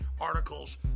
articles